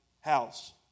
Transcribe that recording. house